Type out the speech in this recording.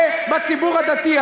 זה בציבור הדתי.